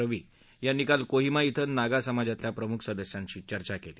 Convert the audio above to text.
रवी यांनी काल कोहीमा िक्वे नागा समाजातल्या प्रमुख सदस्यांशी चर्चा केली